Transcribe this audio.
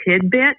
tidbit